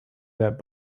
that